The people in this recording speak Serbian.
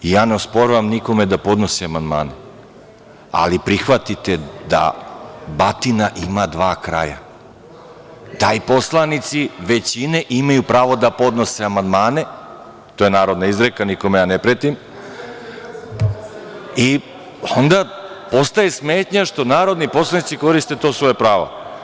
Ne osporavam nikome da podnosi amandmane, ali prihvatite da batina ima dva kraja, da i poslanici većine imaju pravo da podnose amandmane, to je narodna izreka, nikome ja ne pretim, i onda postaje smetnja što narodni poslanici koriste to svoje pravo.